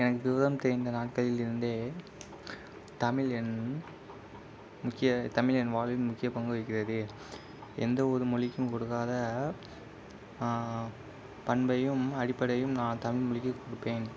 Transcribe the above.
எனக்கு விவரம் தெரிந்த நாட்களில் இருந்தே தமிழ் என் முக்கிய தமிழ் என் வாழ்வில் முக்கிய பங்கு வகிக்கின்றது எந்த ஒரு மொழிக்கும் கொடுக்காத பண்பையும் அடிப்படையும் நான் தமிழ் மொழிக்கி கொடுப்பேன்